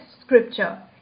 scripture